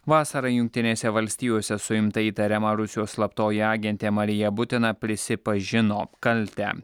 vasarą jungtinėse valstijose suimta įtariama rusijos slaptoji agentė marija butina prisipažino kaltę